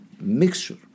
mixture